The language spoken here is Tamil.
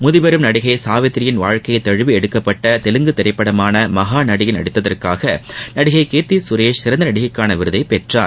முதபெரும் நடிகை சாவித்திரியின் வாழ்க்கையை தழுவி எடுக்கப்பட்ட தெலுங்கு திரைப்படமான மகநடியில் நடித்ததற்காக நடிகை கீர்த்தி சுரேஷ் சிறந்த நடிகைக்கான விருதைப் பெற்றார்